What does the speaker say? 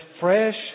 fresh